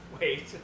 Wait